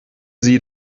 sie